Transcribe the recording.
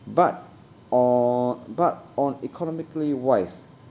but on but on economically wise